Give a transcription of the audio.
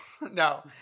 No